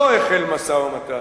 לא החל משא-ומתן.